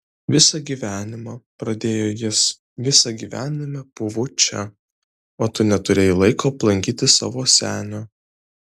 visą gyvenimą pradėjo jis visą gyvenimą pūvu čia o tu neturėjai laiko aplankyti savo senio